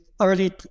early